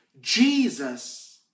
Jesus